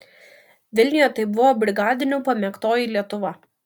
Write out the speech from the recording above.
vilniuje tai buvo brigadinių pamėgtoji lietuva